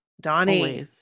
Donnie